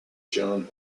shown